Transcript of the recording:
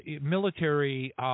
military